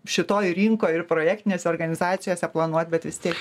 šitoj rinkoj ir projektinėse organizacijose planuot bet vis tiek